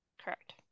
Correct